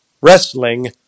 wrestling